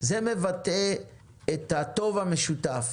זה מבטא את הטוב המשותף,